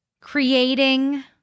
creating